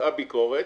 שבוצעה ביקורת,